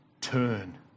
turn